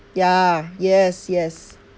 ya yes yes